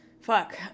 Fuck